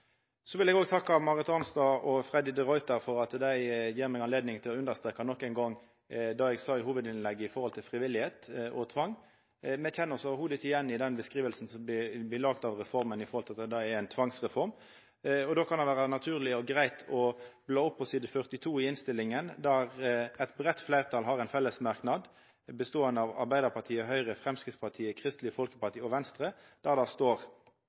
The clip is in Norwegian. vil òg takka Marit Arnstad og Freddy de Ruiter for at dei gjev meg høve til å understreka nok ein gong det eg sa i hovudinnlegget mitt om fridom og tvang. Me kjenner oss overhovudet ikkje igjen i den skildringa av reforma som ei tvangsreform. Det kan vera naturleg og greitt å slå opp på side 42 i innstillinga, der eit breitt fleirtal, Arbeidarpartiet, Høgre, Framstegspartiet, Kristeleg Folkeparti og Venstre, har ein fellesmerknad. Det står der: «Samtidig er flertallet opptatt av